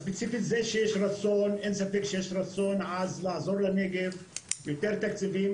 הספציפית היא על כך שאין ספק שיש רצון עז לעזור לנגב עם יותר תקציבים,